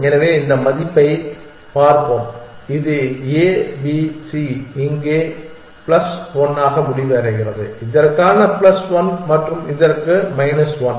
எனவே இந்த மதிப்பைப் பார்ப்போம் இது A B C இது இங்கே பிளஸ் 1 ஆக முடிவடைகிறது இதற்கான பிளஸ் 1 மற்றும் இதற்கு மைனஸ் 1